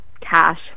cash